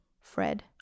Fred